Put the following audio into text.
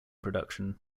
production